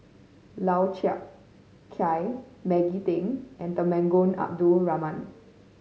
Lau Chiap Khai Maggie Teng and Temenggong Abdul Rahman